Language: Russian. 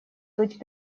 быть